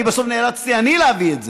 בסוף נאלצתי אני להביא את זה.